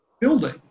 building